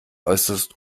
äußerst